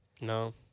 No